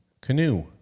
canoe